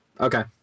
Okay